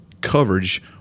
coverage